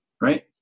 right